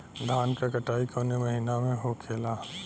धान क कटाई कवने महीना में होखेला?